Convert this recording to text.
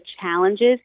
challenges